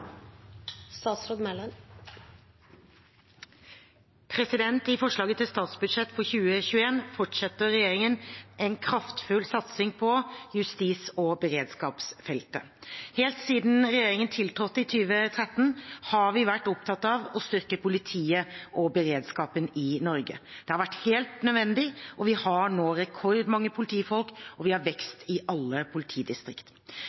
I forslaget til statsbudsjett for 2021 fortsetter regjeringen en kraftfull satsing på justis- og beredskapsfeltet. Helt siden regjeringen tiltrådte i 2013, har vi vært opptatt av å styrke politiet og beredskapen i Norge. Det har vært helt nødvendig. Vi har nå rekordmange politifolk, og vi har